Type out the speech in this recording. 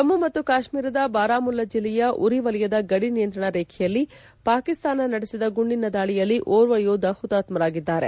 ಜಮ್ನು ಮತ್ತು ಕಾಶ್ನೀರದ ಬಾರಾಮುಲ್ಲಾ ಜಿಲ್ಲೆಯ ಉರಿ ವಲಯದ ಗಡಿ ನಿಯಂತ್ರಣ ರೇಖೆಯಲ್ಲಿ ಪಾಕಿಸ್ತಾನ ನಡೆಸಿದ ಗುಂಡಿನ ದಾಳಿಯಲ್ಲಿ ಓರ್ವ ಯೋಧಾ ಹುತಾತ್ತರಾಗಿದ್ದಾರೆ